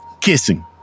kissing